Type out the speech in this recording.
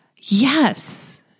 Yes